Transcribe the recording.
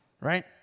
right